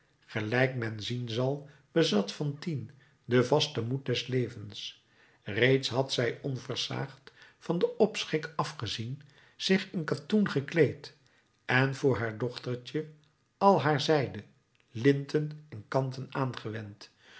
gelijk men zien zal bezat fantine den vasten moed des levens reeds had zij onversaagd van den opschik afgezien zich in katoen gekleed en voor haar dochtertje al haar zijde linten en kanten aangewend